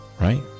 right